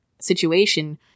situation